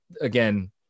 again –